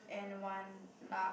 and one lah